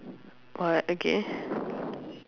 what okay